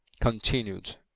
continued